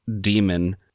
demon